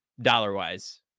Dollar-wise